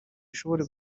ishobore